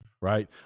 Right